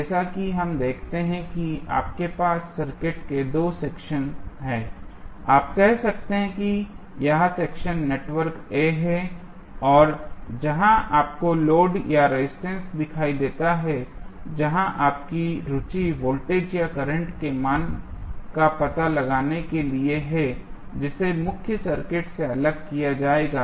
जैसा कि हम देखते हैं कि आपके पास सर्किट के 2 सेक्शन हैं आप कह सकते हैं कि यह सेक्शन नेटवर्क A है और जहाँ आपको लोड या रेजिस्टेंस दिखाई देता है जहाँ आपकी रुचि वोल्टेज या करंट के मान का पता लगाने के लिए है जिसे मुख्य सर्किट से अलग किया जाएगा